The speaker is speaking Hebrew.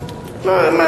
ב-70%?